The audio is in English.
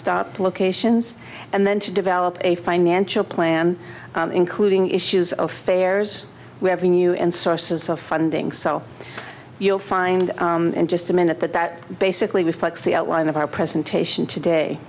stop locations and then to develop a financial plan including issues of fares revenue and sources of funding so you'll find in just a minute that that basically reflects the outline of our presentation today